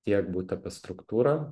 tiek būtų apie struktūrą